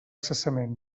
cessament